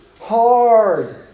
hard